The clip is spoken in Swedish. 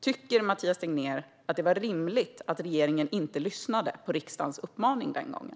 Tycker Mathias Tegnér att det var rimligt att regeringen inte lyssnade på riksdagens uppmaning den gången?